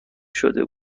شده